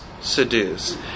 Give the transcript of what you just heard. seduce